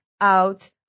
out